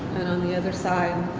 and on the other side,